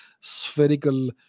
spherical